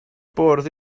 bwrdd